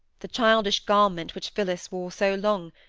the childish garment which phillis wore so long,